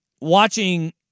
Watching